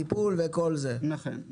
נכון.